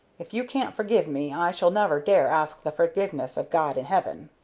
if you can't forgive me i shall never dare ask the forgiveness of god in heaven.